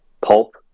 pulp